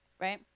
right